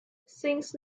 since